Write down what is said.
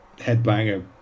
headbanger